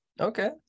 Okay